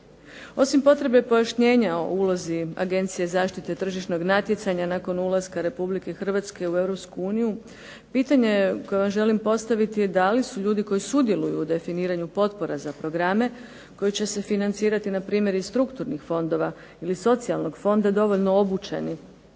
Osim potrebe pojašnjenja o ulozi Agencije zaštite tržišnog natjecanja nakon ulaska RH u EU pitanje koje vam želim postaviti je da li su ljudi koji sudjeluju u definiranju potpora za programe koji će se financirati npr. iz strukturnih fondova ili socijalnog fonda dovoljno obučeni